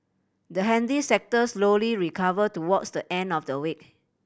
the handy sector slowly recovered towards the end of the week